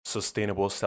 Sustainable